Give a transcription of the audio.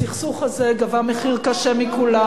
הסכסוך הזה גבה מחיר קשה מכולם.